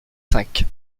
cinq